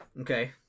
Okay